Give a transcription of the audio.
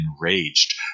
enraged